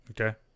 Okay